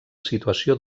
situació